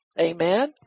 Amen